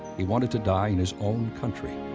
he wanted to die in his own country.